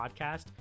podcast